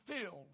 filled